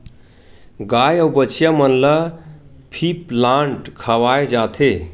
गाय अउ बछिया मन ल फीप्लांट खवाए जाथे